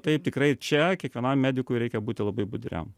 taip tikrai čia kiekvienam medikui reikia būti labai budriam